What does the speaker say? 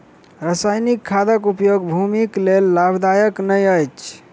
रासायनिक खादक उपयोग भूमिक लेल लाभदायक नै अछि